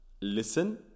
listen